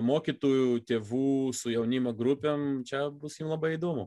mokytojų tėvų su jaunimo grupėm čia bus jum labai įdomu